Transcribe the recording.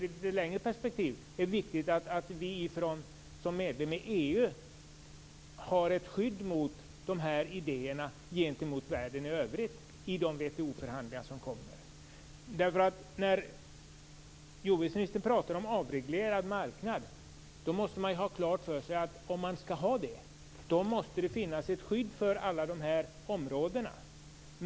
I ett längre perspektiv är det viktigt att vi som medlemmar i EU har ett skydd mot dessa idéer gentemot världen i övrigt i de kommande WTO förhandlingarna. Jordbruksministern talade om avreglerad marknad. Om man skall ha en sådan måste det finnas ett skydd för alla dessa områden.